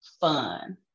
fun